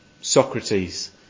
Socrates